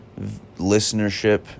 listenership